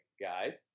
guys